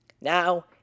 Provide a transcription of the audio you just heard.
Now